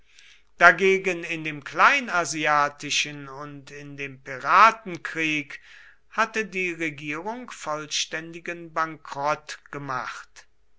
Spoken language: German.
dagegen in dem kleinasiatischen und in dem piratenkrieg hatte die regierung vollständigen bankrott gemacht